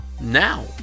now